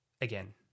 again